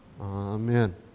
Amen